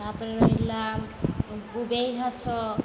ତା'ପରେ ରହିଲା ବୁବେଇ ଘାସ